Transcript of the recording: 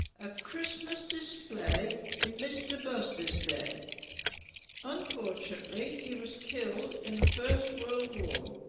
a christmas display in mr busby's day unfortunately he was killed in the first world war